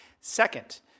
Second